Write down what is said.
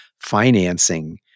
financing